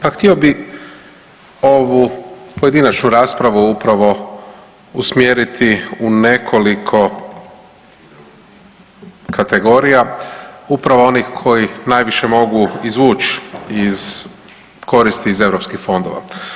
Pa htio bi ovu pojedinačnu raspravu upravo usmjeriti u nekoliko kategorija, upravo onih koji najviše mogu izvuć iz koristi iz eu fondova.